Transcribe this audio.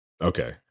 Okay